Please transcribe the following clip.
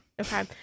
Okay